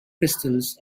crystals